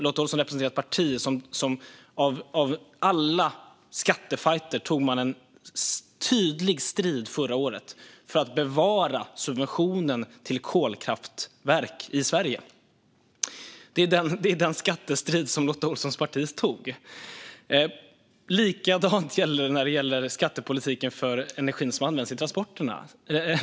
Lotta Olsson representerar ett parti som förra året tog tydlig strid för att bevara subventionen till kolkraftverk i Sverige. Det är den skattestrid, av alla skattefajter, som Lotta Olssons parti tog. Likadant är det när det gäller skattepolitiken för energi som används i transporterna.